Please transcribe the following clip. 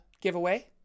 giveaway